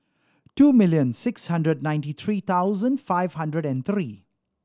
two million six hundred ninety three thousand five hundred and three